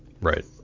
right